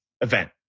event